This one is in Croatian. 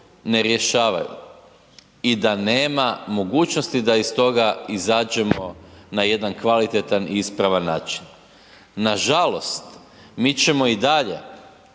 ne rješavaju i da nema mogućnosti da iz toga izađemo na jedan kvalitetan i ispravan način. Nažalost, mi ćemo i dalje